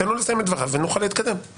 תן לו לסיים את דבריו ונוכל להתקדם.